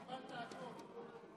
קיבלת הכול.